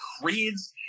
creeds